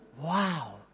wow